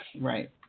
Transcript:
Right